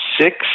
six